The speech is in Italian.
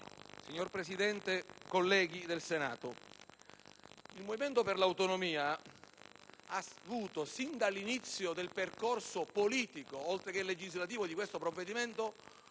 Signora Presidente, colleghi del Senato, il Movimento per l'Autonomia ha avuto, sin dall'inizio del percorso politico, oltre che legislativo, di questo provvedimento,